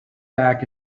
back